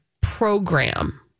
program